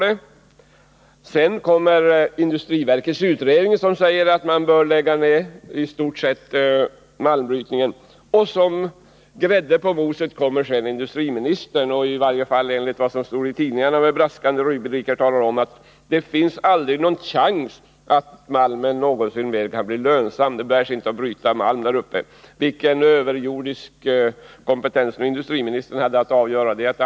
Därefter kom industriverkets utredning som talade om att man borde lägga ned i stort sett hela malmbrytningen. Och som grädde på moset kom sedan industriministern och sade, i varje fall enligt tidningarnas braskande rubriker, att det inte fanns någon chans att malmbrytningen någonsin kunde bli lönsam, det bar sig inte att bryta malmen där uppe — vilken överjordisk kompetens som industriministern nu har för att avgöra det.